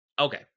Okay